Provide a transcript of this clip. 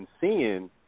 seeing